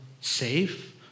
safe